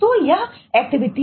तो यह एक्टिविटी